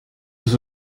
was